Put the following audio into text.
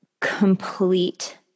complete